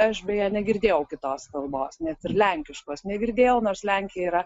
aš beje negirdėjau kitos kalbos net ir lenkiškos negirdėjau nors lenkija yra